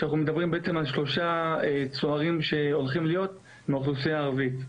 כשאנחנו מדברים בעצם על 3 צוערים שהולכים להיות מהאוכלוסייה הערבית.